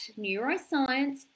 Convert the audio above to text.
neuroscience